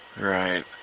right